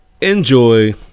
Enjoy